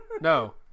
no